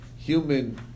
human